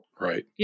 Right